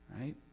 right